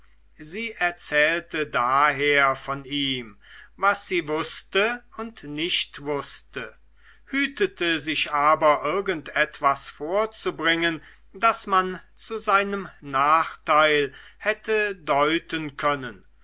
sie erzählte daher von ihm was sie wußte und nicht wußte hütete sich aber irgend etwas vorzubringen das man zu seinem nachteil hätte deuten können